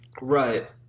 Right